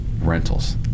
rentals